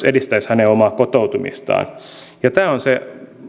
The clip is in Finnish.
edistäisi hänen omaa kotoutumistaan ja tämä on se